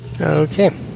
Okay